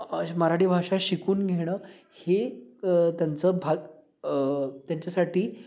असे मराठी भाषा शिकून घेणं हे त्यांचं भाग त्यांच्यासाठी